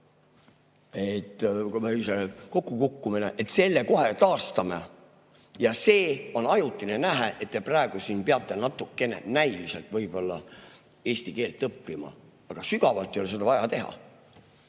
kokkukukkumine ja me selle kohe taastame ja see on ajutine nähe, et te praegu peate natukene, näiliselt võib-olla eesti keelt õppima, aga sügavalt ei ole seda vaja teha.